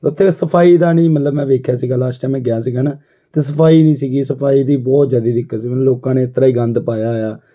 ਉੱਥੇ ਸਫ਼ਾਈ ਦਾ ਨਹੀਂ ਮਤਲਬ ਮੈਂ ਵੇਖਿਆ ਸੀਗਾ ਲਾਸਟ ਟਾਇਮ ਮੈਂ ਗਿਆ ਸੀਗਾ ਨਾ ਅਤੇ ਸਫ਼ਾਈ ਨਹੀਂ ਸੀਗੀ ਸਫ਼ਾਈ ਦੀ ਬਹੁਤ ਜ਼ਿਆਦਾ ਦਿੱਕਤ ਸੀ ਮੈਨੂੰ ਲੋਕਾਂ ਨੇ ਏ ਤਰ੍ਹਾਂ ਹੀ ਗੰਦ ਪਾਇਆ ਹੋਇਆ